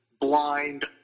blind